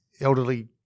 elderly